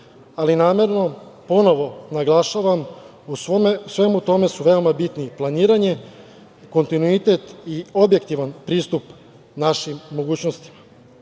ali naravno, ponovo, naglašavam u svemu tome su veoma bitni planiranje, kontinuitet i objektivan pristup našim mogućnostima. Zato